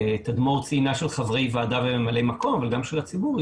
תדמור ציינה זאת של חברי ועדה וממלאי מקום וגם של הציבור,